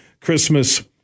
Christmas